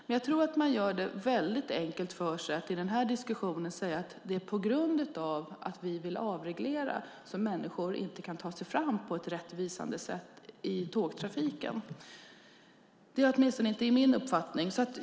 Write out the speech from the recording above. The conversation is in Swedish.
Men jag tror att det är att göra det väldigt enkelt för sig att i den här diskussionen säga att det är på grund av att vi vill avreglera som människor inte har rättvisa förutsättningar att ta sig fram i tågtrafiken. Det är åtminstone inte min uppfattning.